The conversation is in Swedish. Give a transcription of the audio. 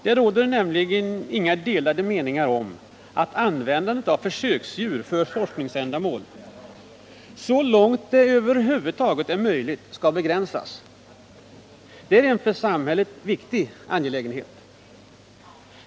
Det råder nämligen inga delade meningar om att användandet av försöksdjur för forskningsändamål skall begränsas så långt det över huvud taget är möjligt. Detta är en för samhället viktig angelägenhet.